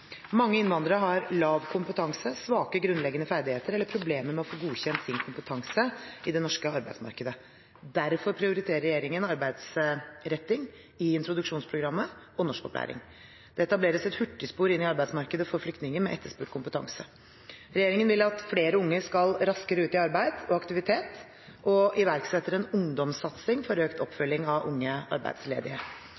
Mange innvandrere har lav kompetanse, svake grunnleggende ferdigheter eller problemer med å få godkjent sin kompetanse i det norske arbeidsmarkedet. Derfor prioriterer regjeringen arbeidsretting i introduksjonsprogrammet og norskopplæring. Det etableres et hurtigspor inn i arbeidsmarkedet for flyktninger med etterspurt kompetanse. Regjeringen vil at flere unge skal raskere ut i arbeid og aktivitet, og iverksetter en ungdomssatsing for økt